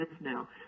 now